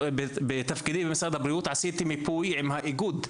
בתפקידי במשרד הבריאות עשיתי מיפוי עם האיגוד.